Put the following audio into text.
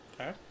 Okay